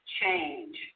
change